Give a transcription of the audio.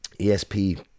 esp